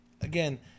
again